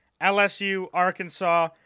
LSU-Arkansas